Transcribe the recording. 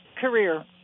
career